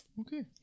Okay